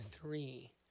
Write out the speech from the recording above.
three